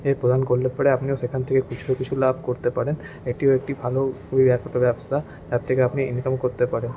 প্রদান করলে পরে আপনিও সেখান থেকে খুচরো কিছু লাভ করতে পারেন এটিও একটি ভালো ব্যবসা তার থেকে আপনি ইনকাম করতে পারেন